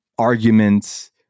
arguments